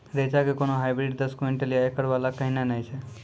रेचा के कोनो हाइब्रिड दस क्विंटल या एकरऽ वाला कहिने नैय छै?